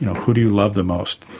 you know who do you love the most,